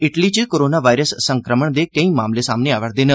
Italy च corona virus संक्रमण दे केईं मामले सामने आवै' रदे न